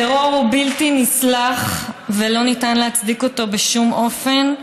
הטרור הוא בלתי נסלח ולא ניתן להצדיק אותו בשום אופן,